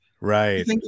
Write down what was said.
Right